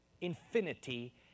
infinity